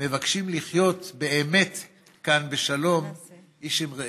מבקשים לחיות כאן באמת בשלום איש את רעהו.